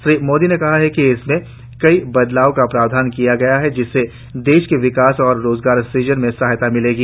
श्री मोदी ने कहा कि इसमें कई बदलावों का प्रावधान किया गया है जिससे देश के विकास और रोजगार सुजन में सहायता मिलेगी